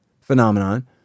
phenomenon